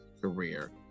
career